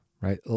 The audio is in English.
right